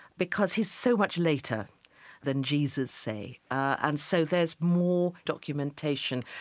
because he's so much later than jesus, say, and so there's more documentation.